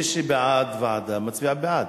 מי שהוא בעד ועדה מצביע בעד,